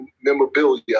memorabilia